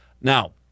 Now